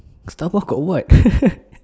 Starbucks got what